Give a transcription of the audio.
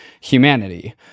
humanity